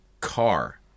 car